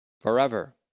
forever